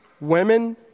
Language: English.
women